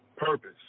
Purpose